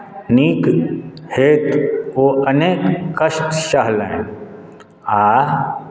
नीक हेतु ओ अनेक कष्ट सहलनि आ